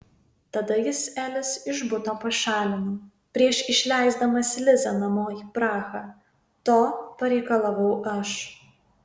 tada jis elis iš buto pašalino prieš išleisdamas lizą namo į prahą to pareikalavau aš